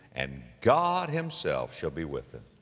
and god himself shall be with them,